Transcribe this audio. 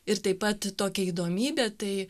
ir taip pat tokia įdomybė tai